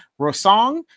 Rosong